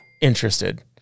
interested